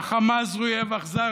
והחמאס הוא אויב אכזר,